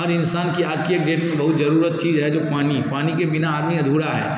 हर इंसान कि आज के डेट में बहुत ज़रूरत चीज़ है जो पानी पानी के बिना आदमी अधूरा है